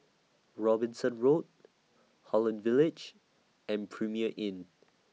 Robinson Road Holland Village and Premier Inn